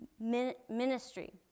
ministry